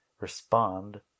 respond